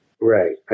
Right